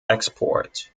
export